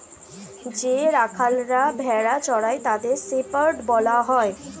যে রাখালরা ভেড়া চড়ায় তাদের শেপার্ড বলা হয়